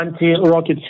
anti-rocket